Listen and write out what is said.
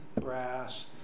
brass